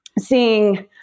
Seeing